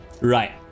right